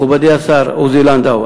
מכובדי השר עוזי לנדאו,